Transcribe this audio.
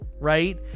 right